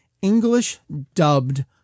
English-dubbed